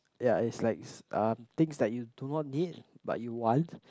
ya is likes um things that you do not need but you want